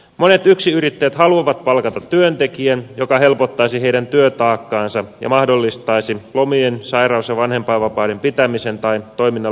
monet yksinyrittäjät haluavat palkata työntekijän mikä helpottaisi heidän työtaakkaansa ja mahdollistaisi lomien sairauslomien ja vanhempainvapaiden pitämisen tai toiminnan laajentamisen